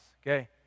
Okay